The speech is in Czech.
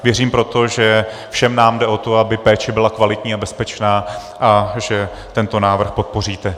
Věřím proto, že všem nám jde o to, aby péče byla kvalitní a bezpečná, a že tento návrh podpoříte.